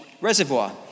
reservoir